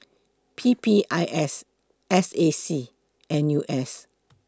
P P I S S A C N U S